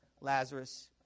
Lazarus